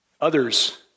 Others